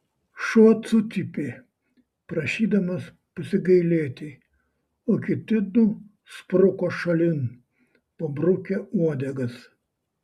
šuo sucypė prašydamas pasigailėti o kiti du spruko šalin pabrukę uodegas